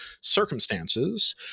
circumstances